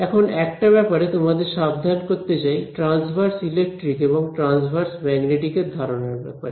এখন একটা ব্যাপারে তোমাদের সাবধান করতে চাই ট্রান্সভার্স ইলেকট্রিক এবং ট্রান্সভার্স ম্যাগনেটিক এর ধারণার ব্যাপারে